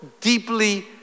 deeply